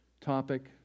topic